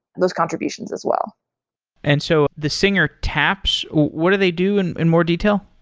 those contributions as well and so the singer taps, what do they do in in more detail?